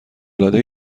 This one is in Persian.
العاده